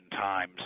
times